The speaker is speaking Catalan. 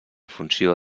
funció